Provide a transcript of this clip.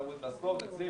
התרבות והספורט בראשותי.